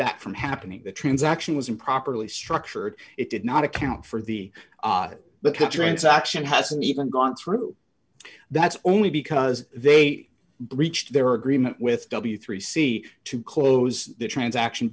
that from happening the transaction was improperly structured it did not account for the but the transaction hasn't even gone through that's only because they breached their agreement with w three c to close the transaction